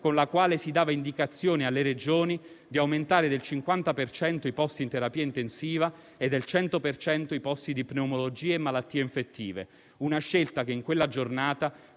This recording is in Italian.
con la quale si dava indicazione alle Regioni di aumentare del 50 per cento i posti in terapia intensiva e del 100 per cento i posti di pneumologia e malattie infettive. Una scelta che, in quella giornata,